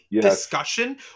discussion